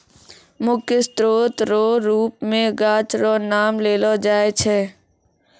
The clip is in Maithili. मुख्य स्रोत रो रुप मे गाछ रो नाम लेलो जाय छै